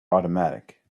automatic